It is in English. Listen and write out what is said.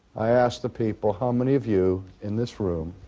i ask the people, how many of you in this room